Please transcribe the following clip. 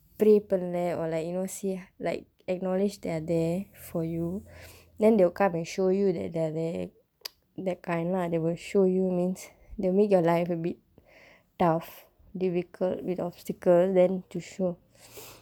pray பண்ணல:pannala or like you know see like acknowledge they're there for you then they will come and show you that they're there that kind lah they will show you means they'll make your life a bit tough difficult with obstacles then to show